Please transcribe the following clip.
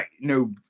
no